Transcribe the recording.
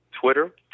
Twitter